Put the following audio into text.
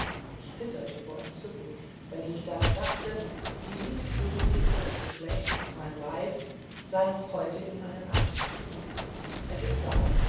ich zitterte vor entzücken wenn ich daran dachte die liebenswürdigste ihres geschlechts mein weib sei noch heute in meinen armen es ist wahr